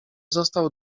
został